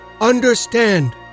understand